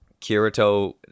Kirito